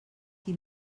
qui